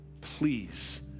Please